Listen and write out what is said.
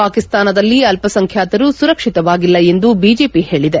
ಪಾಕಿಸ್ತಾನದಲ್ಲಿ ಅಲ್ಪಸಂಖ್ಯಾತರರು ಸುರಕ್ಷಿತವಾಗಿಲ್ಲ ಎಂದು ಬಿಜೆಪಿ ಹೇಳಿದೆ